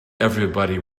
everybody